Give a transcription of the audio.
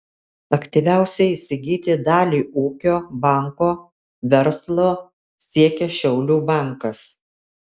aktyviausiai įsigyti dalį ūkio banko verslo siekia šiaulių bankas